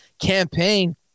campaign